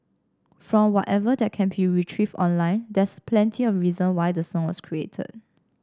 from whatever that can be retrieved online there's plenty of reason why the song was created